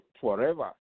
forever